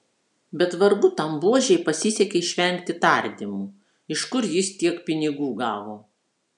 bet vargu tam buožei pasisekė išvengti tardymų iš kur jis tiek pinigų gavo